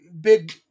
big